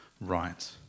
right